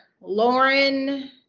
Lauren